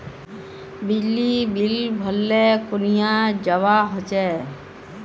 बिजली बिल भरले कुनियाँ जवा होचे?